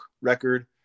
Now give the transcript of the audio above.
record